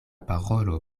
parolo